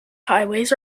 highways